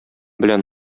белән